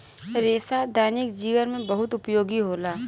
रेसा दैनिक जीवन में बहुत उपयोगी होला